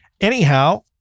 Anyhow